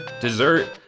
dessert